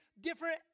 different